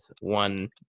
one